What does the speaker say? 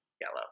yellow